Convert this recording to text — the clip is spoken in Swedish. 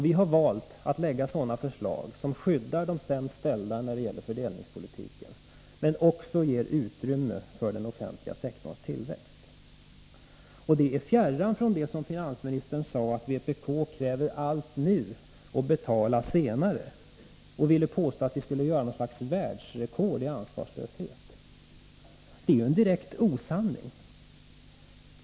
Vi har valt att lägga fram sådana förslag som skyddar de sämst ställda när det gäller fördelningspolitiken men också ger utrymme för den offentliga sektorns tillväxt. Det är fjärran från det som finansministern sade, nämligen att vpk kräver nu och vill betala senare. Han påstod att vi skulle ha något slags världsrekord i ansvarslöshet. Det är en direkt osanning.